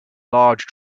large